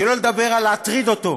שלא לדבר על להטריד אותו.